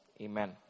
Amen